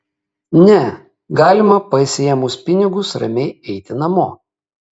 ne galima pasiėmus pinigus ramiai eiti namo